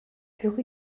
furent